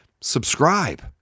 subscribe